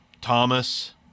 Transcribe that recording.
Thomas